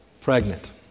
pregnant